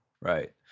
Right